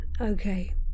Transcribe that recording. Okay